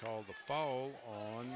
called the fall on